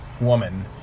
woman